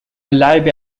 اللعب